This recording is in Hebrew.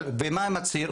ומה הוא מצהיר?